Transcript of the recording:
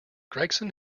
gregson